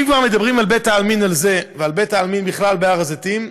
אם כבר מדברים על בית העלמין הזה ועל בית העלמין בכלל בהר הזיתים,